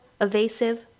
evasive